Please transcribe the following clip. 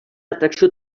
atracció